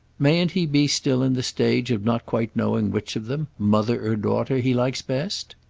mayn't he be still in the stage of not quite knowing which of them, mother or daughter, he likes best?